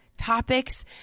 topics